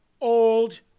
old